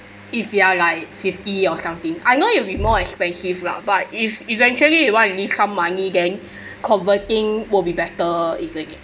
if you are like fifty or something I know it will be more expensive lah but if eventually you want to leave some money then converting will be better if like this